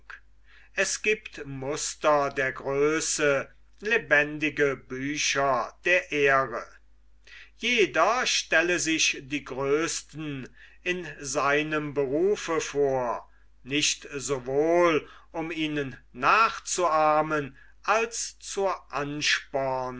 es giebt muster der größe lebendige bücher der ehre jeder stelle sich die größten in seinem berufe vor nicht sowohl um ihnen nachzuahmen als zur anspornung